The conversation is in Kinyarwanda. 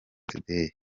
today